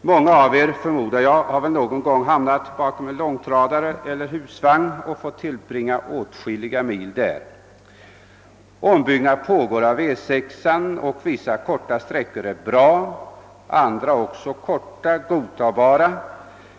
Många av er har väl någon gång hamrnat bakom en långtradare eller husvagn och där fått tillbringa åtskilliga mil. En ombyggnad av E6 pågår. Vissa korta sträckor är bra, andra, också korta sträckor, är godtagbara,